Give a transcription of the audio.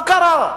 מה קרה?